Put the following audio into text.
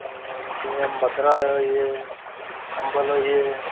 ते होर जियां मदरा होई गे अम्बल होई गे